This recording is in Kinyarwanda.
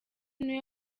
niwe